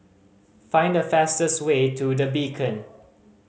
find the fastest way to The Beacon